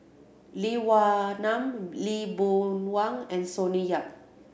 Lee Wa Nam Lee Boon Wang and Sonny Yap